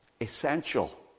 essential